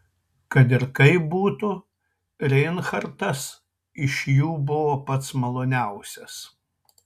kad ir kaip būtų reinhartas iš jų buvo pats maloniausias